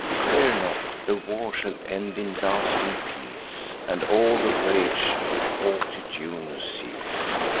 fear not! the war shall end in lasting peace, and all the rage of haughty juno cease.